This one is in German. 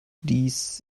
dies